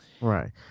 Right